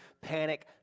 Panic